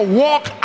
walk